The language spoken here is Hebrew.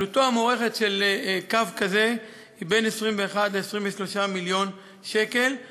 עלותו המוערכת של קו כזה היא בין 21 ל-23 מיליון שקלים,